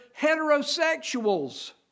heterosexuals